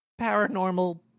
paranormal